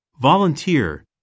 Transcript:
Volunteer